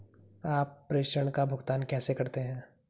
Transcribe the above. आप प्रेषण का भुगतान कैसे करते हैं?